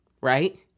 Right